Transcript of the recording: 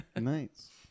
Nice